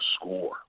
score